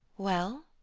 well?